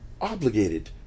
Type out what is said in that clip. obligated